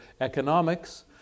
economics